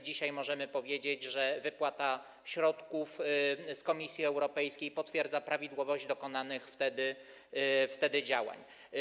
Dzisiaj możemy powiedzieć, że wypłata środków z Komisji Europejskiej potwierdza prawidłowość dokonanych wtedy działań.